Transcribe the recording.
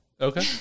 Okay